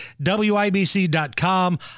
WIBC.com